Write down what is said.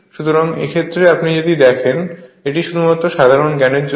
সুতরাং এক্ষেত্রে আপনি যদি দেখেন এটি শুধুমাত্র সাধারণ জ্ঞানের জন্য